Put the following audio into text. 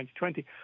2020